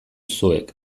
zuek